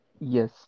Yes